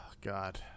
God